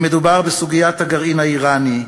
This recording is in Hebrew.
אם מדובר בסוגיית הגרעין האיראני,